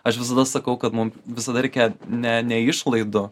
aš visada sakau kad mum visada reikia ne ne išlaidų